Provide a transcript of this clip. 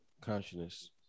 consciousness